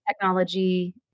technology